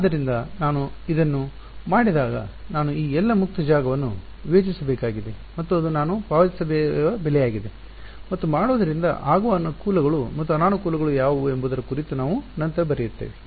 ಆದ್ದರಿಂದ ನಾನು ಇದನ್ನು ಮಾಡಿದಾಗ ನಾನು ಈ ಎಲ್ಲ ಮುಕ್ತ ಜಾಗವನ್ನು ವಿವೇಚಿಸಬೇಕಾಗಿದೆ ಮತ್ತು ಅದು ನಾನು ಪಾವತಿಸುವ ಬೆಲೆಯಾಗಿದೆ ಮತ್ತು ಮಾಡುವುದರಿಂದ ಆಗುವ ಅನುಕೂಲಗಳು ಮತ್ತು ಅನಾನುಕೂಲಗಳು ಯಾವುವು ಎಂಬುದರ ಕುರಿತು ನಾವು ನಂತರ ಬರುತ್ತೇವೆ